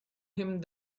him